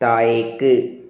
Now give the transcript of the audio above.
താഴേക്ക്